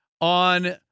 on